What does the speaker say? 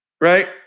right